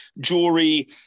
jewelry